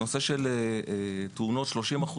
נושא של תאונות 30%